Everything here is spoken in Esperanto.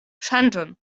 ŝanĝon